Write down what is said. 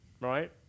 right